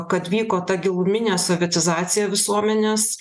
kad vyko ta giluminė sovietizacija visuomenės